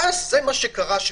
ואז זה מה שקרה.